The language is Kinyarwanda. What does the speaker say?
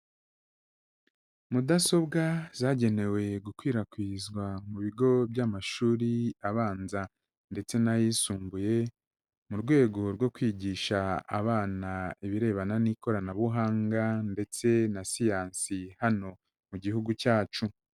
Mudasobwa zagenewe gukwirakwizwa mu bigo by'amashuri abanza ndetse n'ayisumbuye, mu rwego rwo kwigisha abana ibirebana n'ikoranabuhanga ndetse na siyansi hano mu gihugu cyacu.